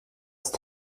ist